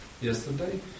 yesterday